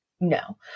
No